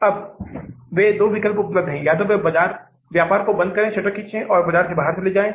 अब वे दो विकल्प उपलब्ध हैं या तो व्यापार को बंद करे शटर खीचे और बाजार से बाहर चले जाते हैं